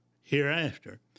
hereafter